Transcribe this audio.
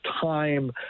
time